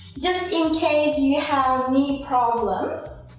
just in case you have knee problems